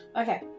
Okay